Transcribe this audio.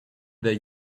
their